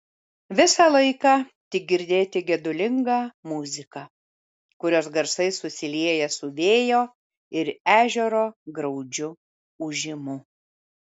visą laiką tik girdėti gedulinga muzika kurios garsai susilieja su vėjo ir ežero graudžiu ūžimu